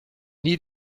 nie